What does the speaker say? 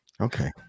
Okay